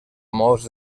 molts